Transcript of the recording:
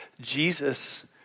Jesus